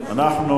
אנחנו